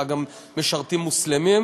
אלא גם משרתים מוסלמים,